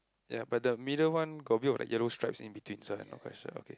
ya but the middle one got a bit of like yellow stripes in between so I no question okay